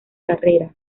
carrera